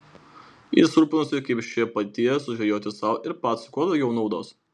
jis rūpinosi kaip šioje padėtyje sužvejoti sau ir pacui kuo daugiau naudos